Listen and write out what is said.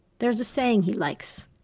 there is a saying he likes.